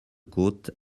côte